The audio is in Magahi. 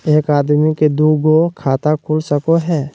एक आदमी के दू गो खाता खुल सको है?